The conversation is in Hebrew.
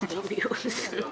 העיר הזאת קורסת.